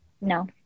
no